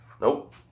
Nope